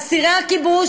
"אסירי הכיבוש",